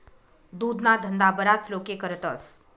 दुधना धंदा बराच लोके करतस